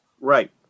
Right